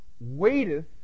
waiteth